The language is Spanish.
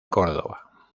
córdoba